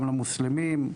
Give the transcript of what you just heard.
גם למוסלמים,